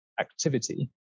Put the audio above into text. activity